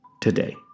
today